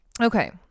Okay